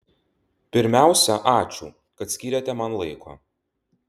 pirmiausia ačiū kad skyrėte man laiko